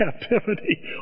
captivity